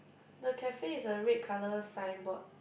the cafe is the red colour signboard